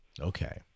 Okay